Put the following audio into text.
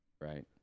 Right